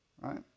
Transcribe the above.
Right